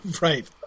Right